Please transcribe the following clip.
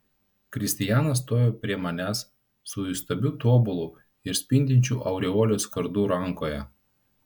kristijanas stovi prie manęs su įstabiu tobulu ir spindinčiu aureolės kardu rankoje